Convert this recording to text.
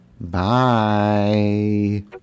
bye